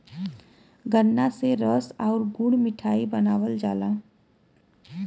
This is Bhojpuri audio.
गन्रा से रस आउर गुड़ मिठाई बनावल जाला